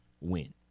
win